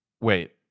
Wait